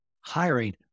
hiring